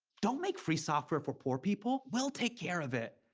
don't make free software for poor people, we'll take care of it.